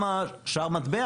גם שער המטבע